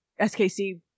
skc